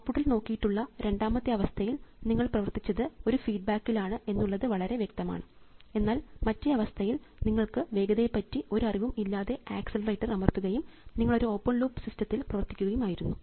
ഔട്ട്പുട്ടിൽ നോക്കിയിട്ടുള്ള രണ്ടാമത്തെ അവസ്ഥയിൽ നിങ്ങൾ പ്രവർത്തിച്ചത് ഒരു ഫീഡ്ബാക്കിൽ ആണ് എന്നുള്ളത് വളരെ വ്യക്തമാണ് എന്നാൽ മറ്റേ അവസ്ഥയിൽ നിങ്ങൾക്ക് വേഗതയെ പറ്റി ഒരു അറിവും ഇല്ലാതെ ആക്സിലറേറ്റർ അമർത്തുകയും നിങ്ങളൊരു ഓപ്പൺ ലൂപ് സിസ്റ്റത്തിൽ പ്രവർത്തിക്കുകയും ആയിരുന്നു